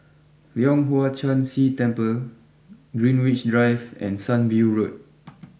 Leong Hwa Chan Si Temple Greenwich Drive and Sunview Road